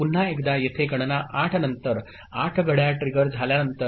पुन्हा एकदा येथे गणना 8 नंतर 8 घड्याळ ट्रिगर झाल्यानंतर